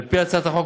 על-פי הצעת החוק,